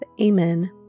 Amen